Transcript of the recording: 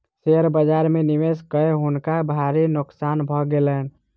share बाजार में निवेश कय हुनका भारी नोकसान भ गेलैन